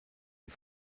die